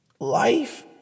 Life